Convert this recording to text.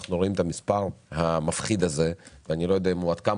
אנחנו רואים את המספר המפחיד הזה ואני לא יודע עד כמה